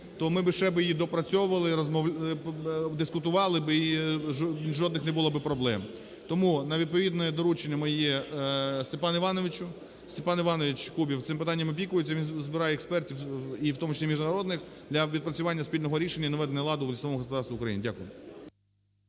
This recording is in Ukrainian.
то ми би ще би її доопрацьовували, дискутували би, і жодних не було би проблем. Тому на відповідне доручення моє Степану Івановичу… Степан Іванович Кубів цим питанням опікується, і він збирає експертів (і у тому числі міжнародних) для відпрацювання спільного рішення і наведення ладу в лісовому господарстві України. Дякую.